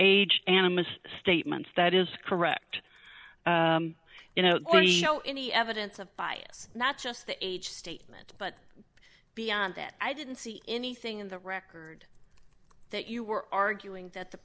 age animist statements that is correct you know any evidence of by not just the age statement but beyond that i didn't see anything in the record that you were arguing that the